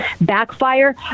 backfire